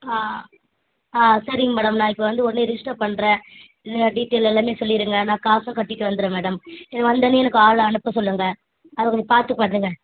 ஆ ஆ சரிங்க மேடம் நாளைக்கு வந்து உடனே ரிஜிஸ்டர் பண்ணுறேன் நீங்கள் டீட்டெயில் எல்லாமே சொல்லிடுங்க நான் காசும் கட்டிவிட்டு வந்துடுறேன் மேடம் இது வந்தோடன்னே எனக்கு ஆள் அனுப்ப சொல்லுங்கள் அதை கொஞ்சம் பார்த்து பண்ணுங்கள்